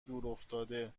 دورافتاده